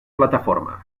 plataforma